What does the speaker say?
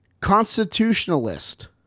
Constitutionalist